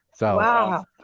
Wow